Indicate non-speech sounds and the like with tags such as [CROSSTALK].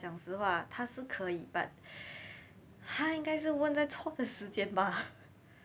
讲实话他是可以 but [BREATH] 他应该是问在错的时间吧